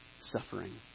suffering